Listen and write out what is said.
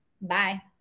Bye